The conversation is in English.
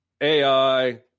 AI